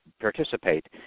participate